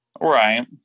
Right